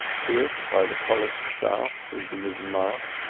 pierced by the polished shaft of the mizzen mast,